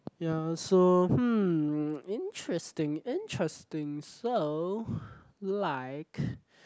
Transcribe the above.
ya so hmm interesting interesting so like